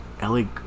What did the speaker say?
Ellie